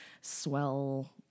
swell